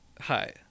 Hi